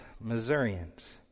Missourians